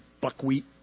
buckwheat